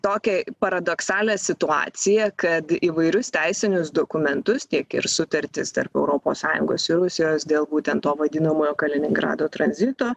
tokią paradoksalią situaciją kad įvairius teisinius dokumentus tiek ir sutartis tarp europos sąjungos ir rusijos dėl būtent to vadinamojo kaliningrado tranzito